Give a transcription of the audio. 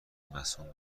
مصون